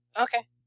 Okay